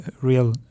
real